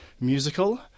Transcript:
musical